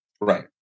Right